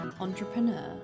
Entrepreneur